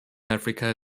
africa